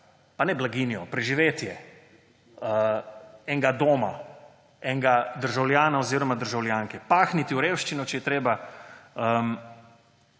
ne blaginje, preživetje nekega doma, nekega državljana oziroma državljanke, pahniti v revščino, če je treba.